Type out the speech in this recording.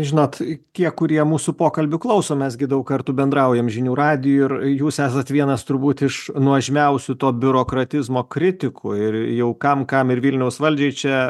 žinot tie kurie mūsų pokalbių klausomės gi daug kartų bendrauja žinių radiju ir jūs esat vienas turbūt iš nuožmiausių to biurokratizmo kritikų ir jau kam kam ir vilniaus valdžiai čia